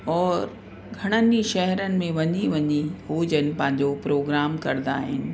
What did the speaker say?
और घणनि ई शहरनि में वञी वञी उहो जन पंहिंजो प्रोग्राम कंदा आहिनि